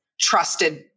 trusted-